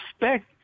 respect